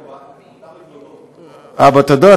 בתודות.